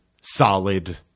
solid